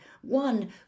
one